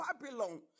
Babylon